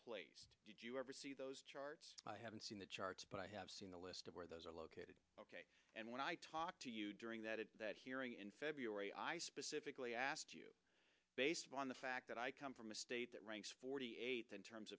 placed did you ever see those charts i haven't seen the charts but i have seen a list of where those are located and when i talk to you during that at that hearing in february i specifically asked you based upon the fact that i come from a state that ranks forty eighth in terms